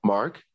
Mark